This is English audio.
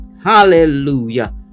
hallelujah